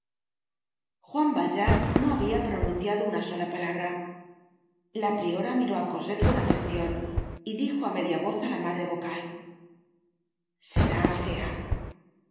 juan valjean no habia pronunciado una sola palabra la priora miró á cosette con atencion y dijo á media voz á la madre vocal será fea